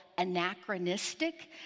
anachronistic